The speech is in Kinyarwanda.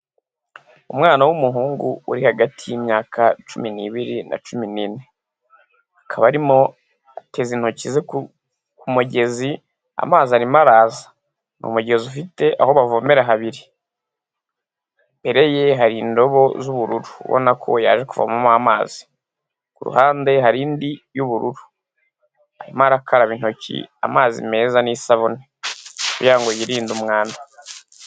Umwana w'umuhungu uri hagati y'imyaka cumi n'ibiri na cumi ne akaba arimo ateze intoki ze ku mugezi amazi arimo araza ni umugezi ufite aho bavomera habiri imbere ye hari indobo z'ubururu ubona ko ya kuvoma mo amazi kuruhande hari indi y'ubururu arimo arakaraba intoki amazi meza n'isabune kugira ngo yirinde umwanda.